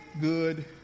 good